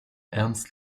ernst